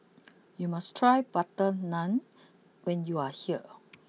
you must try Butter Naan when you are here